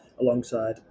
alongside